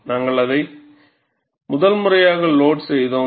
நாங்கள் அதை முதல் முறையாக லோட் செய்தோம்